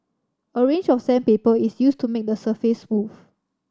a range of sandpaper is used to make the surface smooth